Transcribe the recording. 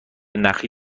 نخی